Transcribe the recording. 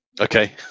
Okay